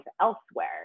elsewhere